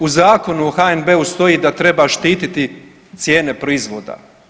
U Zakonu o HNB-u stoji da treba štititi cijene proizvoda.